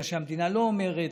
מה שהמדינה לא אומרת.